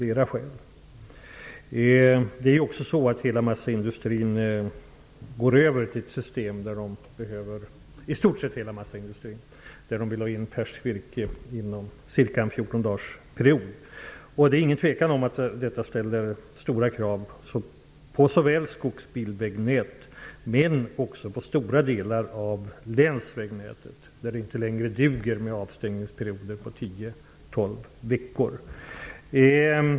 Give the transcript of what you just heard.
I stort sett hela massaindustrin övergår nu till ett system där man behöver ha tillgång till färskt virke inom ca 14 dagar efter det att träden har fällts. Det råder inga tvivel om att detta ställer höga krav på såväl skogsbilvägnät som stora delar av länsvägnätet. Det duger inte längre med avstängningsperioder på 10--12 veckor.